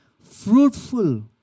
fruitful